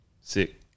sick